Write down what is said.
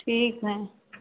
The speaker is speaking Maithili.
ठीक हइ